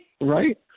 Right